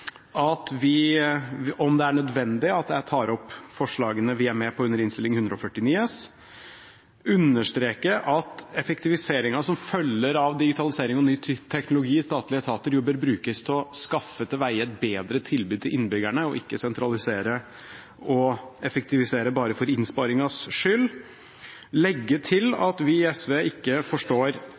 om det er nødvendig, tar jeg opp forslagene vi er med på i Innst. 149 S for 2016–2017. Jeg vil understreke at effektiviseringen som følger av digitalisering og ny teknologi i statlige etater, bør brukes til å skaffe til veie et bedre tilbud til innbyggerne og ikke sentralisere og effektivisere bare for innsparingens skyld. Jeg vil legge til at vi i SV ikke forstår